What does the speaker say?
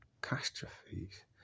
catastrophes